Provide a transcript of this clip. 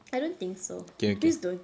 I don't think so please don't